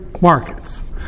markets